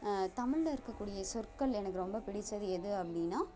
தமிழில் இருக்கக்கூடிய சொற்கள் எனக்கு ரொம்ப பிடித்தது எது அப்படீன்னா